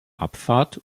abfahrt